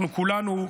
אנחנו כולנו,